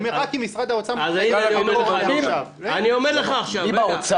הוא אומר: רק אם משרד האוצר --- אני אומר לך עכשיו --- לא,